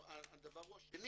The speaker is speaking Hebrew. הדבר הוא השני.